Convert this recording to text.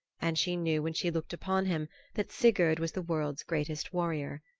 and she knew when she looked upon him that sigurd was the world's greatest warrior.